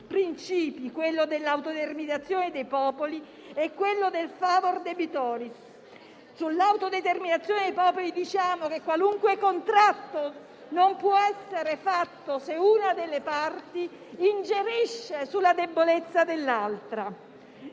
principi: quello dell'autodeterminazione dei popoli e quello del *favor debitoris*. Sull'autodeterminazione dei popoli qualunque contratto non può essere siglato se una delle parti esercita un'ingerenza sulla debolezza dell'altra.